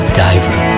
diver